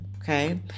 Okay